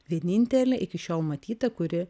vienintelė iki šiol matyta kuri